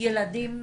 ילדים